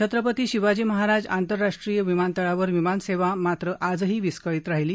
छत्रपती शिवाजी महाराज आंतरराष्ट्रीय विमानतळांवर विमान सेवा मात्र आज ही विस्कळीत राहिली